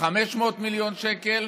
500 מיליון שקל,